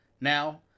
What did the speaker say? Now